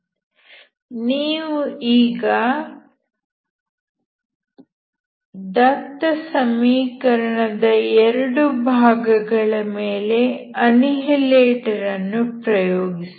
ಈಗ ನೀವು ದತ್ತ ಸಮೀಕರಣದ ಎರಡು ಭಾಗಗಳ ಮೇಲೆ ಅನ್ನಿಹಿಲೇಟರ್ ಅನ್ನು ಪ್ರಯೋಗಿಸಿ